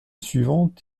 suivante